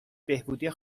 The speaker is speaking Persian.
بهبودی